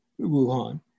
Wuhan